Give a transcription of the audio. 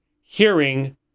hearing